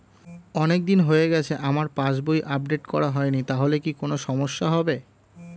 অনেকদিন হয়ে গেছে আমার পাস বই আপডেট করা হয়নি তাহলে কি কোন সমস্যা হবে?